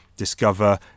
discover